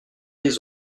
les